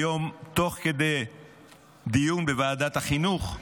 היום, תוך כדי דיון בוועדת החינוך,